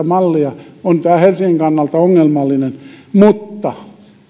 mallia arvostelee on tämä helsingin kannalta ongelmallinen mutta